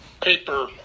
paper